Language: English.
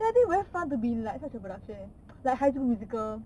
then I think very fun to be in like such a production eh like high school musical